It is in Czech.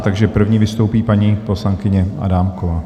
Takže první vystoupí paní poslankyně Adámková.